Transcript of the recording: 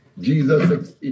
Jesus